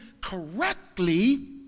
correctly